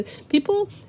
People